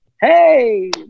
hey